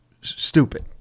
stupid